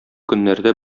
көннәрдә